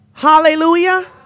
Hallelujah